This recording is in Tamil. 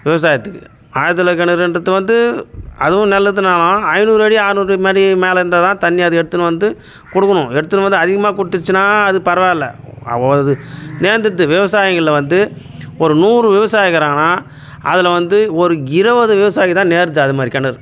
விவசாயத்துக்கு ஆழ்துளைக்கிணறுன்றது வந்து அதுவும் நல்லதுன்னாலும் ஐநூறு அடி ஆறுநூறு அடி மேலே இருந்தால்தான் தண்ணி அது எடுத்துனு வந்து கொடுக்கணும் எடுத்துனு வந்து அதிகமாக கொடுத்துருச்சின்னா அது பரவாயில்ல அது நேர்ந்துருது விவசாயிங்களில் வந்து ஒரு நூறு விவசாயி இருக்கிறான்னா அதில் வந்து ஒரு இருபது விவசாயிக்குதான் நேருது அது மாதிரி கிணறு